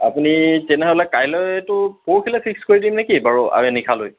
আপুনি তেনেহ'লে কাইলৈতো পৰহিলৈ ফিক্স কৰি দিম নেকি বাৰু আৰু এ নিশালৈ